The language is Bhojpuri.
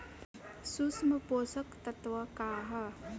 सूक्ष्म पोषक तत्व का ह?